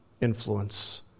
influence